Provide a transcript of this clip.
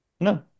No